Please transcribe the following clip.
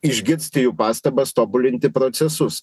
išgirsti jų pastabas tobulinti procesus